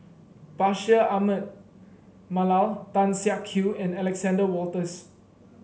Bashir Ahmad Mallal Tan Siak Kew and Alexander Wolters